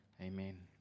Amen